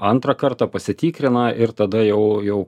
antrą kartą pasitikrina ir tada jau jau